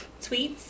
tweets